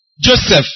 Joseph